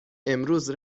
امروز